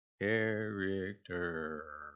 Character